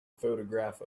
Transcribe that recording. photograph